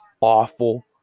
awful